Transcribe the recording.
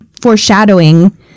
foreshadowing